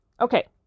Okay